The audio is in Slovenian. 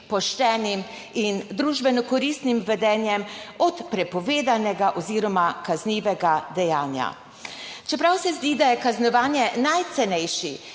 poštenim in družbeno koristnim vedenjem od prepovedanega oziroma kaznivega dejanja. Čeprav se zdi, da je kaznovanje najcenejši